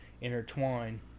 intertwine